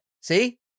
See